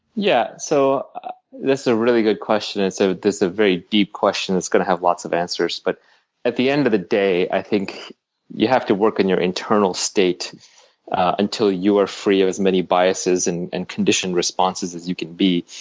yeah so that's a really good question and so a very deep question that's going to have lots of answers. but at the end of the day, i think you have to work in your internal state until you are free of as many biases and and conditioned responses as you can be,